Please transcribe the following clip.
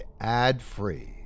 ad-free